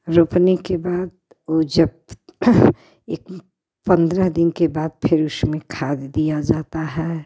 रोपने के बाद वो जब एक पंद्रह दिन के बाद फिर उशमें खाद दिया जाता है